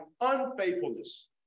unfaithfulness